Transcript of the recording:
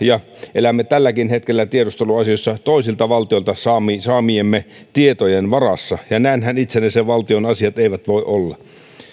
elämme tälläkin hetkellä tiedusteluasioissa toisilta valtioilta saamiemme tietojen varassa ja näinhän itsenäisen valtion asiat eivät voi olla